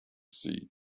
see